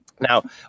Now